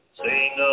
sing